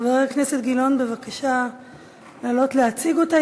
חבר הכנסת גילאון, בבקשה לעלות להציג אותה.